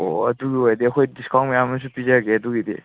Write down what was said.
ꯑꯣ ꯑꯗꯨꯒꯤ ꯑꯣꯏꯗꯤ ꯑꯩꯈꯣꯏ ꯗꯤꯁꯀꯥꯎꯟ ꯃꯌꯥꯝꯃꯁꯨ ꯄꯤꯖꯒꯦ ꯑꯗꯨꯒꯤꯗꯤ